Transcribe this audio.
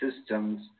systems